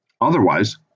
Otherwise